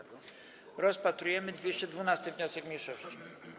Rozpatrujemy 212. wniosek mniejszości.